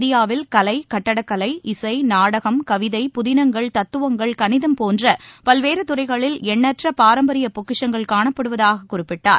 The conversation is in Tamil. இந்தியாவில் கலை கட்டடக்கலை இசை நாடகம் கவிதை புதினங்கள் தத்துவங்கள் போன்ற பல்வேறு துறைகளில் எண்ணற்ற பாரம்பரிய கணிகம் பொக்கிஷங்கள் காணப்படுவதாகக் குறிப்பிட்டார்